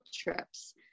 trips